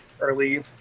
early